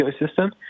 ecosystem